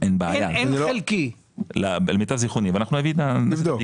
אין בעיה למיטב זכרוני ואנחנו נביא בדיקה,